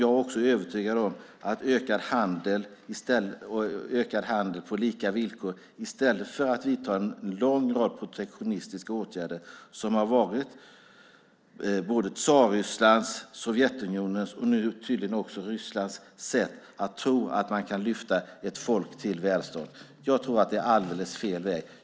Jag är övertygad om att ökad handel på lika villkor, i stället för att vidta protektionistiska åtgärder, som har varit Tsarrysslands, Sovjetunionens och Rysslands sätt, kan lyfta ett folk till välstånd. Jag tror att det är alldeles fel väg.